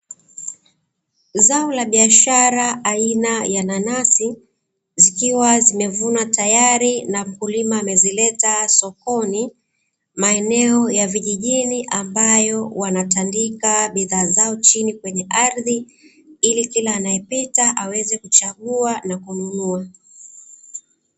Zao la biashara aina ya nanasi, zikiwa zimevunwa tayari na mkulima amezileta sokoni maeneo ya vijijini, ambayo wanatandika bishaa zao chini kweye ardhi ili kila anaepita aweze kuchagua na kununua.